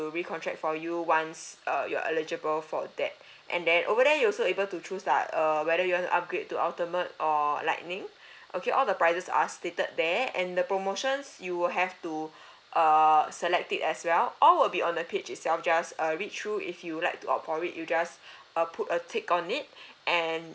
recontract for you once uh you are eligible for that and then over there you're also able to choose lah uh whether you want to upgrade to ultimate or lightning okay all the prices are stated there and the promotions you will have to err select it as well all will be on the page itself just err read through if you like to opt for it you just uh put a tick on it and